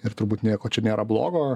ir turbūt nieko čia nėra blogo